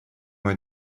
мой